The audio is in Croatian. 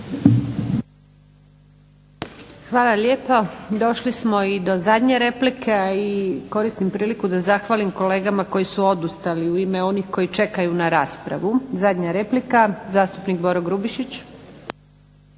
Hvala lijepo. Došli smo i do zadnje replike i koristim priliku da zahvalim kolegama koji su odustali u ime onih koji čekaju na raspravu. Zadnja replika, zastupnik Boro Grubišić.